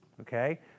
Okay